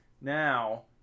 Now